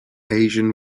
asian